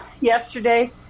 Yesterday